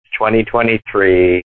2023